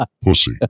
pussy